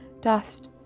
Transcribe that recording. dust